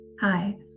Hi